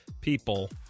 people